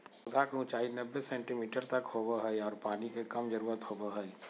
पौधा के ऊंचाई नब्बे सेंटीमीटर तक होबो हइ आर पानी के कम जरूरत होबो हइ